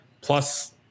plus